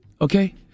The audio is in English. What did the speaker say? Okay